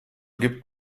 gibt